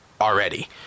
already